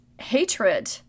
hatred